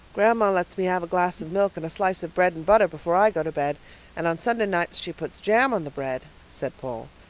grandma lets me have a glass of milk and a slice of bread and butter before i go to bed and on sunday nights she puts jam on the bread, said paul.